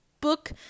book